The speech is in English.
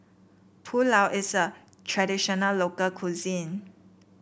pulao is a traditional local cuisine